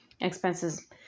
expenses